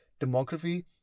demography